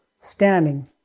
standing